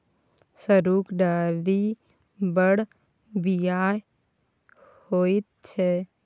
सरुक डारि बड़ बिखाह होइत छै